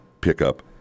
pickup